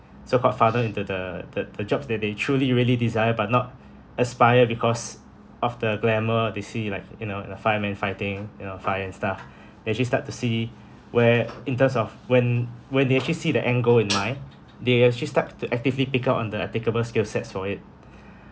so-called funnel into the the the jobs that they truly really desire but not aspire because of the glamour they see like you know in a fireman fighting you know fire and stuff they actually start to see where in terms of when when they actually see the end goal in mind they actually start to actively pick up on the applicable skillsets for it